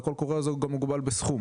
והקל קורא הזה גם מוגבל בסכום